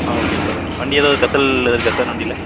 ஆ okay sir அடு வண்டி எதாவது ஸ்பெஷல் எதாவது இருக்கா சார் வண்டியில